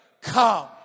come